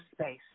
space